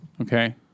Okay